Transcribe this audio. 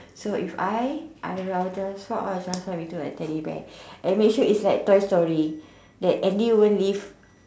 so if I I will transform I will transform into a Teddy bear and make sure it's like toy story that Andy won't leave